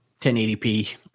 1080p